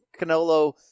Canolo